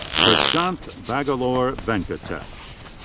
prashanth bangalore venkatesh.